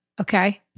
Okay